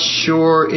sure